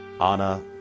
Anna